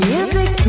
Music